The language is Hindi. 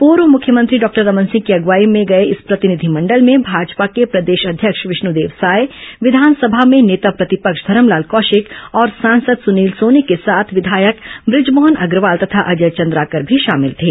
पूर्व मुख्यमंत्री डॉक्टर रमन सिंह की अग्वाई में गए इस प्रतिनिधिमंडल में भाजपा के प्रदेश अध्यक्ष विष्णुदेव साय विधानसभा में नेता प्रतिपक्ष धरमलाल कौशिक और सांसद सुनील सोनी के साथ विधायक ब्रजमोहन अग्रवाल तथा अजय चंद्राकर भी शामिल थे